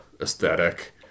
aesthetic